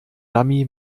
dummy